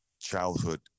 childhood